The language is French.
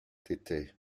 était